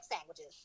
sandwiches